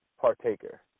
partaker